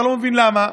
אתה לא מבין למה,